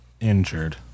injured